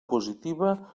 positiva